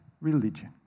religion